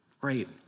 great